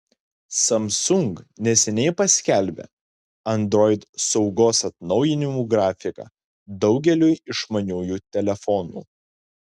samsung neseniai paskelbė android saugos atnaujinimų grafiką daugeliui išmaniųjų telefonų